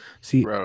See